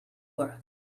work